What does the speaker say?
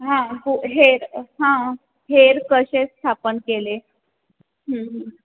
हां हो हेर हां हेर कसे स्थापन केले